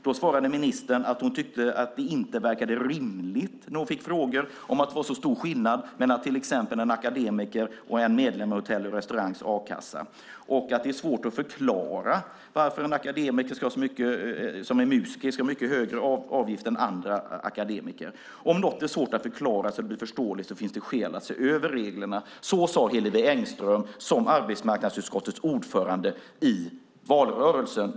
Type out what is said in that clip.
Då svarade ministern att hon tyckte att det inte verkade rimligt när hon fick frågor om att det var så stor skillnad mellan till exempel en akademiker och en medlem i Hotell och restaurangs a-kassa och att det är svårt att förklara varför en akademiker som är musiker ska ha mycket högre avgift än andra akademiker. Om något är svårt att förklara så att det blir förståeligt finns det skäl att se över reglerna. Så sade Hillevi Engström som arbetsmarknadsutskottets ordförande i valrörelsen.